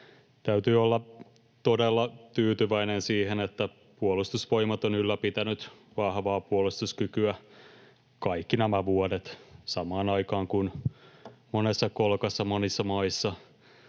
Täytyy olla todella tyytyväinen siihen, että Puolustusvoimat on ylläpitänyt vahvaa puolustuskykyä kaikki nämä vuodet, samaan aikaan kun monessa kolkassa, monissa maissa